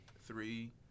three